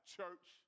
church